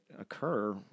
occur